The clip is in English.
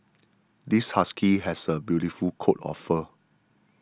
this husky has a beautiful coat of fur